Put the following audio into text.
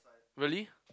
really